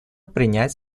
принять